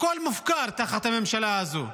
הכול מופקר תחת הממשלה הזו.